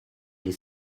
les